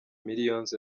millions